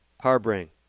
harboring